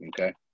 okay